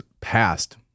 passed